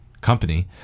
company